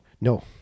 No